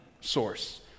source